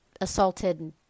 assaulted